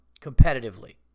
competitively